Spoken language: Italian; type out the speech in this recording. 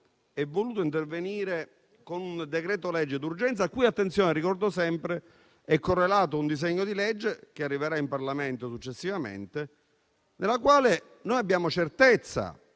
è voluto intervenire con un decreto-legge d'urgenza a cui - attenzione, lo ricordo sempre - è correlato un disegno di legge che arriverà in Parlamento successivamente, nel quale abbiamo certezza